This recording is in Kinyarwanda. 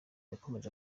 yakomeje